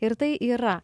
ir tai yra